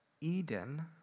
Eden